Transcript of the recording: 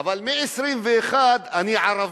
אבל מ-21 אני ערבי.